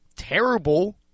Terrible